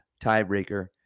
tiebreaker